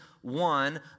one